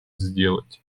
сделать